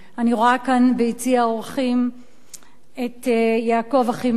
אני רואה כאן ביציע האורחים את יעקב אחימאיר,